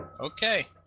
Okay